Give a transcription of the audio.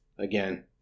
Again